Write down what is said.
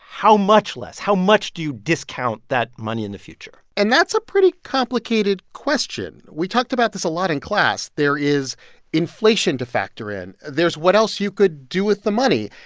how much less? how much do you discount that money in the future? and that's a pretty complicated question. we talked about this a lot in class. there is inflation to factor in. there's what else you could do with the money.